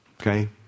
okay